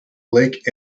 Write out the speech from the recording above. lake